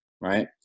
Right